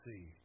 see